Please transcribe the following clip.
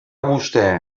vostè